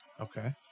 Okay